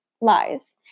Lies